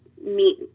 meet